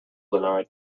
tonight